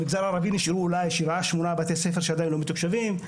במגזר הערבי נשארו אולי שבעה-שמונה בתי ספר שעדיין לא מתוקשבים.